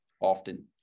often